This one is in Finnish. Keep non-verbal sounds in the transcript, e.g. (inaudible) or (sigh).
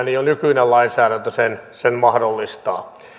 (unintelligible) niin jo nykyinen lainsäädäntö sen sen mahdollistaa